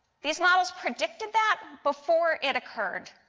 these models predicted that before it occurred.